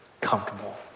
comfortable